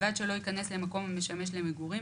ובלבד שלא ייכנס למקום המשמש למגורים,